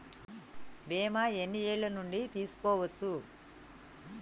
బీమా ఎన్ని ఏండ్ల నుండి తీసుకోవచ్చు?